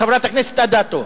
חברת הכנסת אדטו,